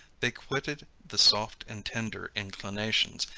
they quitted the soft and tender inclinations,